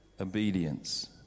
Obedience